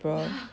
!wah!